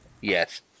Yes